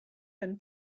been